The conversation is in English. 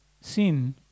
sin